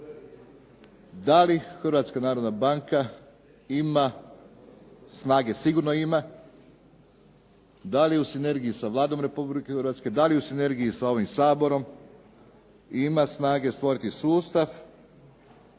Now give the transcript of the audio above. da li Hrvatska narodna banka ima, snage sigurno ima, da li je u sinergiji sa Vladom Republike Hrvatske, da li je u sinergiji sa ovim Saborom i ima snage stvoriti sustav